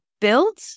built